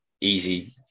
easy